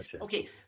Okay